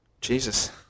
jesus